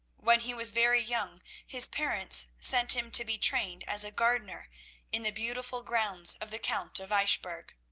when he was very young his parents sent him to be trained as a gardener in the beautiful grounds of the count of eichbourg.